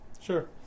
Sure